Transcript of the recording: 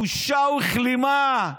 בושה וכלימה.